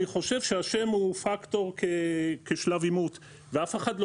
אני חושב שהשם הוא פקטור כשלב אימות ואף אחד לא